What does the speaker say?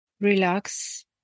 relax